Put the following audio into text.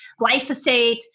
glyphosate